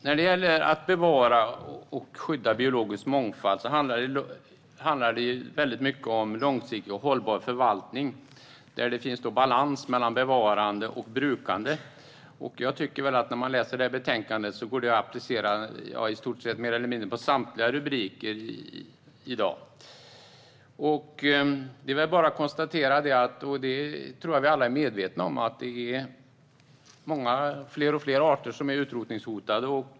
När det gäller att bevara och skydda biologisk mångfald handlar det väldigt mycket om långsiktig och hållbar förvaltning, där det finns balans mellan bevarande och brukande. När man läser betänkandet ser man att det går att applicera på mer eller mindre samtliga rubriker i dag. Jag tror att vi alla är medvetna om att det är allt fler arter som är utrotningshotade.